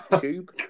tube